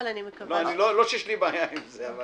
אבל אני מקווה --- לא שיש לי בעיה עם זה.